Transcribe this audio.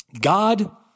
God